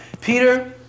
Peter